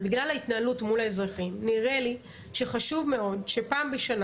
בגלל ההתנהלות מול האזרחים נראה לי שחשוב מאוד שפעם בשנה